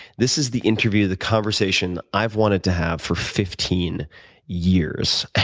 this is the interview, the conversation, i've wanted to have for fifteen years.